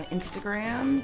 Instagram